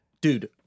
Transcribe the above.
dude